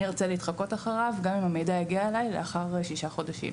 אני ארצה להתחקות אחריו גם אם המידע יגיע אלי לאחר שישה חודשים.